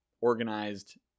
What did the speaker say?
organized